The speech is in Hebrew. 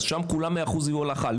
אז שם כולם 100% לפי הלכה.